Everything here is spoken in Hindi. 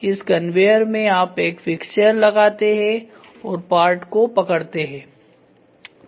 इस कन्वेयर में आप एक फिक्सर लगाते हैं और पार्ट को पकड़ते हैं